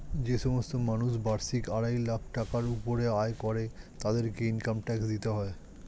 যে সমস্ত মানুষ বার্ষিক আড়াই লাখ টাকার উপরে আয় করে তাদেরকে ইনকাম ট্যাক্স দিতে হয়